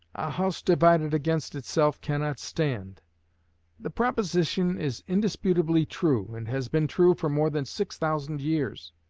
a house divided against itself cannot stand the proposition is indisputably true, and has been true for more than six thousand years